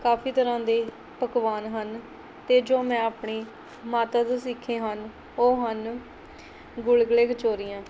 ਕਾਫੀ ਤਰ੍ਹਾਂ ਦੇ ਪਕਵਾਨ ਹਨ ਅਤੇ ਜੋ ਮੈਂ ਆਪਣੀ ਮਾਤਾ ਤੋਂ ਸਿੱਖੇ ਹਨ ਉਹ ਹਨ ਗੁਲਗੁਲੇ ਕਚੋਰੀਆਂ